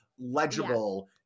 legible